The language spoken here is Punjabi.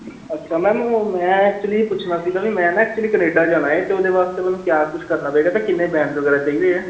ਅੱਛਾ ਮੈਮ ਓਹ ਮੈਂ ਐਕਚੁਅਲੀ ਪੁੱਛਣਾ ਸੀਗਾ ਵੀ ਮੈਂ ਨਾ ਐਕਚੁਅਲੀ ਕੈਨੇਡਾ ਜਾਣਾ ਏ ਅਤੇ ਉਹਦੇ ਵਾਸਤੇ ਮੈਨੂੰ ਕਿਆ ਕੁਛ ਕਰਨਾ ਪਏਗਾ ਅਤੇ ਕਿੰਨੇ ਬੈਂਡਜ਼ ਵਗੈਰਾ ਚਾਹੀਦੇ ਆ